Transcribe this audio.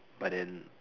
but then